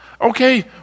Okay